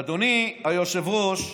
אדוני היושב-ראש,